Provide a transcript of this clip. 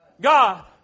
God